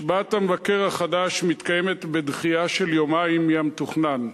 השבעת המבקר החדש מתקיימת בדחייה של יומיים מהמתוכנן,